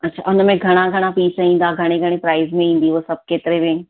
अच्छा उनमें घणा घणा पीस ईंदा घणे घणे प्राइस में ईंदी इहो सभु केतिरे में आहिनि